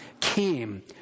came